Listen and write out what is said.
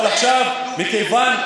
אבל עכשיו, מכיוון,